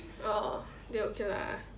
oh then okay lah